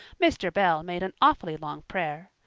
mr. bell made an awfully long prayer.